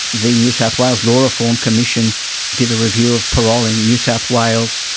the new south wales law reform commission did a review of parole in new south wales.